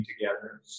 together